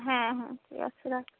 হ্যাঁ হ্যাঁ রাখছি রাখ